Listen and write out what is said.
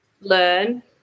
learn